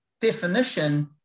definition